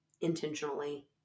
intentionally